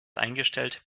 eingestellt